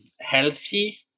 healthy